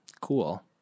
cool